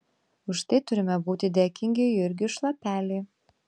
už tai turime būti dėkingi jurgiui šlapeliui